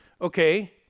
Okay